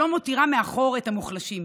שלא מותירה מאחור את המוחלשים.